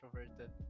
introverted